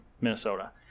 Minnesota